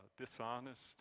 dishonest